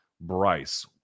Bryce